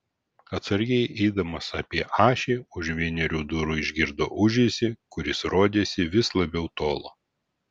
atsargiai eidamas apie ašį už vienerių durų išgirdo ūžesį kuris rodėsi vis labiau tolo